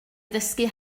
ddysgu